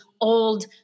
old